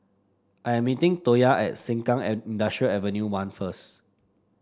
I am meeting Toya at Sengkang Industrial Avenue One first